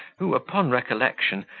who, upon recollection,